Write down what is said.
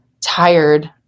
tired